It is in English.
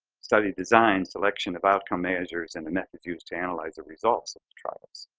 study design, selection of outcome measures and the methods used to analyze the results trials.